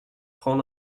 francs